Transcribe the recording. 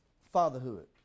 Fatherhood